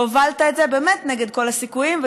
הובלת את זה באמת נגד כל הסיכויים,